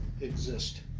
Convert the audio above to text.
exist